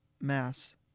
Mass